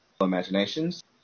imaginations